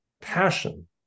passion